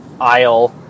aisle